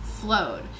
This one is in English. flowed